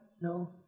no